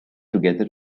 together